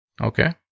Okay